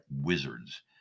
wizards